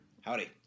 howdy